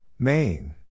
Main